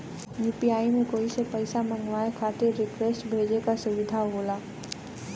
UPI में कोई से पइसा मंगवाये खातिर रिक्वेस्ट भेजे क सुविधा होला